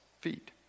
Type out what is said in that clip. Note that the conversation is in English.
feet